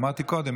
אמרתי קודם.